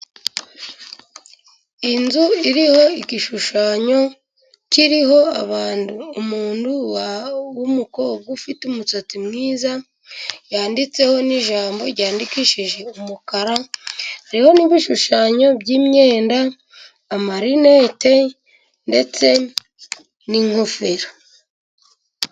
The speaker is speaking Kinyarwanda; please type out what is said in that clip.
Inzu iriho igishushanyo kiriho abantu, umuntu w'umukobwa ufite umusatsi mwiza, yanditseho n'ijambo ryandikishije umukara, hariho n'ibishushanyo by'imyenda, amarinete ndetse n'ingofero.